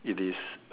it is